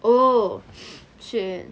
oh shit